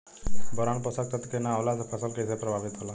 Boron पोषक तत्व के न होला से फसल कइसे प्रभावित होला?